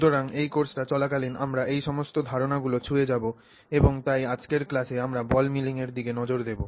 সুতরাং এই কোর্সটি চলাকালীন আমরা এই সমস্ত ধারণাগুলি ছুঁয়ে যাব এবং তাই আজকের ক্লাসে আমরা বল মিলিং এর দিকে নজর দেব